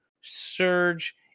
surge